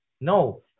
No